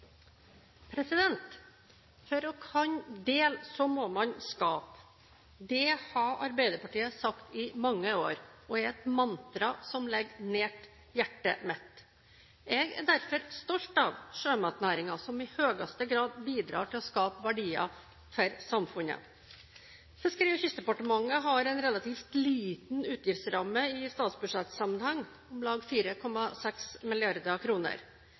For å kunne dele må man skape. Det har Arbeiderpartiet sagt i mange år, og det er et mantra som ligger nært hjertet mitt. Jeg er derfor stolt av sjømatnæringen, som i høyeste grad bidrar til å skape verdier for samfunnet. Fiskeri- og kystdepartementet har en relativt liten utgiftsramme i statsbudsjettsammenheng – om lag 4,6